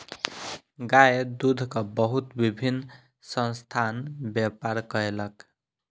गाय दूधक बहुत विभिन्न संस्थान व्यापार कयलक